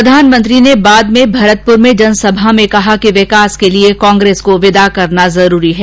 प्रधानमंत्री ने बाद में भरतपुर में जनसभा में कहा कि विकास के लिए कांग्रेस को विदा करना जरूरी है